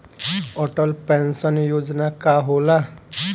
Atal pension योजना का होला?